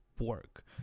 work